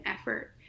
effort